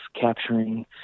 capturing